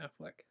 Affleck